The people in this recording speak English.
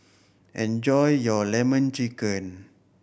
enjoy your Lemon Chicken